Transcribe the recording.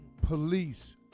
Police